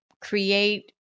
create